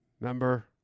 Remember